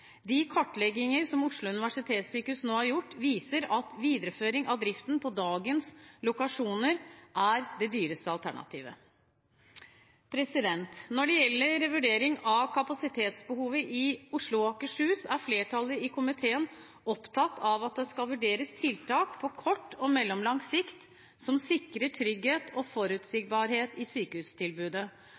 De kartlegginger som Oslo universitetssykehus har gjort, viser at videreføring av driften på dagens lokasjoner er det dyreste alternativet. Når det gjelder vurdering av kapasitetsbehovet i Oslo og Akershus, er flertallet i komiteen opptatt av at det skal vurderes tiltak på kort og mellomlang sikt, som sikrer trygghet og forutsigbarhet i sykehustilbudet,